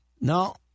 No